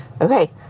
Okay